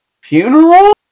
funeral